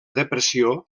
depressió